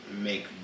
make